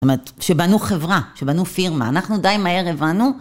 אומרת, שבנו חברה, שבנו פירמה, אנחנו די מהר הבנו